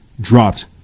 dropped